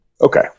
Okay